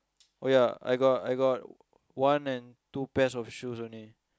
oh ya I got I got one and two pairs of shoes only